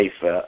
safe